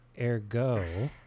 ergo